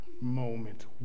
moment